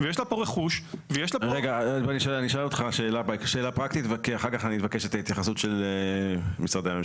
תנהל את הליכי הערר כשאתה נמצא שם אצל הוריך.